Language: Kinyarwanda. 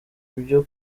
byo